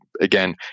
again